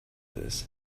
this